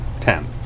Ten